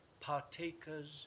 partakers